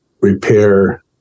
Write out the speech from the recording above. repair